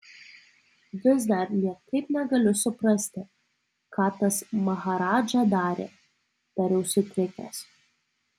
vis dar niekaip negaliu suprasti ką tas maharadža darė tariau sutrikęs